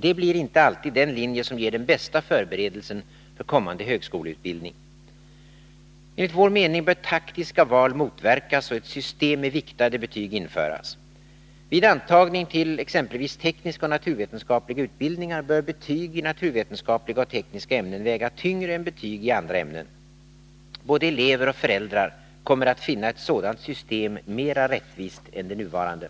Det blir inte alltid den linje som ger den bästa förberedelsen för kommande högskoleutbildning. Enligt vår mening bör taktiska val motverkas och ett system med viktade betyg införas. Vid antagning till exempelvis tekniska och naturvetenskapliga utbildningar bör betyg i tekniska och naturvetenskapliga ämnen väga tyngre än betyg i andra ämnen. Både elever och föräldrar kommer att finna ett sådant system mera rättvist än det nuvarande.